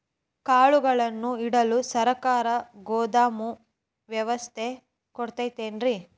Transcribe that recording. ಕಾಳುಗಳನ್ನುಇಡಲು ಸರಕಾರ ಗೋದಾಮು ವ್ಯವಸ್ಥೆ ಕೊಡತೈತೇನ್ರಿ?